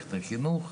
במערכת החינוך,